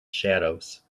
shadows